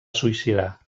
suïcidar